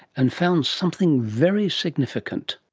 and found something very significant.